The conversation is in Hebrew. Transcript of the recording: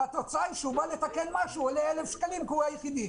והתוצאה היא שכשבאים לתקן משהו זה עולה 1,000 שקלים כי הוא היחיד.